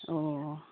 ꯑꯣ